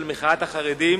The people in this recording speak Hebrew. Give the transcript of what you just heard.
מחאת החרדים